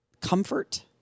comfort